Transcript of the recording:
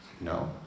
No